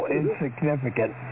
insignificant